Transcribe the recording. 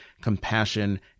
compassion